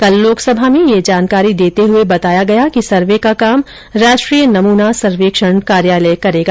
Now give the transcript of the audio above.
कल लोकसभा में यह जानकारी देते हुए बताया गया कि सर्वे का काम राष्ट्रीय नमूना सर्वेक्षण कार्यालय करेगा